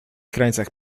krańcach